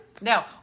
No